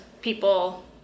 people